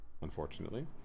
unfortunately